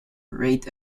reid